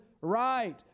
right